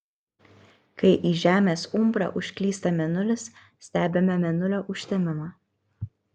kai į žemės umbrą užklysta mėnulis stebime mėnulio užtemimą